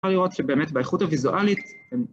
‫אפשר לראות שבאמת באיכות הוויזואלית...